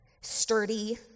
sturdy